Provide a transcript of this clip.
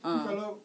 ah